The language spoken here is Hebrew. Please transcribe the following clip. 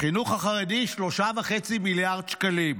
בחינוך החרדי: 3.5 מיליארד שקלים,